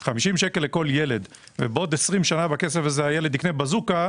50 שקל לכל ילד ועוד 20 שנה הילד יקנה בזה בזוקה,